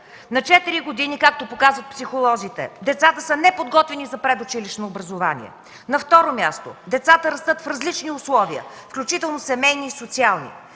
на 4 години, както показват психолозите, децата се неподготвени за предучилищно образование. На второ място, децата растат в различни условия, включително семейни и социални.